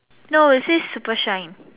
no it says super shine